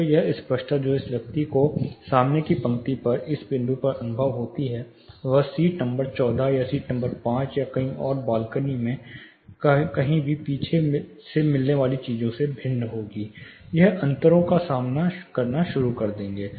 तो यह स्पष्टता जो इस व्यक्ति को सामने की पंक्ति में इस बिंदु पर अनुभव होती है वह सीट नंबर 14 या सीट नंबर 5 या कहीं और बालकनी में कभी कभी पीछे से मिलने वाली चीज़ों से भिन्न होगी आप अंतरों का सामना करना शुरू कर देंगे